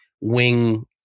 wing